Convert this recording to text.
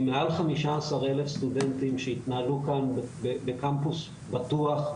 עם מעל חמישה עשר אלף סטודנטים שהתנהלו כאן בקמפוס בטוח,